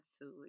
food